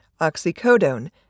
oxycodone